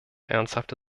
ernsthafte